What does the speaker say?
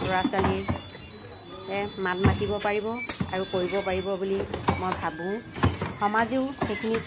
ল'ৰা ছোৱালীয়ে মাত মাতিব পাৰিব আৰু কৰিব পাৰিব বুলি মই ভাবোঁ সমাজেও সেইখিনিত